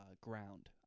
ground